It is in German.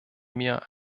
mir